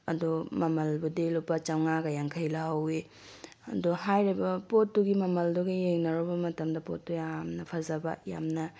ꯑꯗꯣ ꯃꯃꯜꯕꯨꯗꯤ ꯂꯨꯄꯥ ꯆꯥꯝꯃꯉꯥꯒ ꯌꯥꯡꯈꯩ ꯂꯧꯍꯧꯋꯤ ꯑꯗꯣ ꯍꯥꯏꯔꯤꯕ ꯄꯣꯠꯇꯨꯒꯤ ꯃꯃꯜꯗꯨꯒ ꯌꯦꯡꯅꯔꯨꯕ ꯃꯇꯝꯗ ꯄꯣꯠꯇꯣ ꯌꯥꯝꯅ ꯐꯖꯕ ꯌꯥꯝꯅ